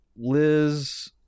liz